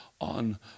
on